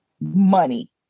money